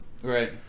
Right